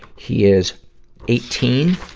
he is eighteen.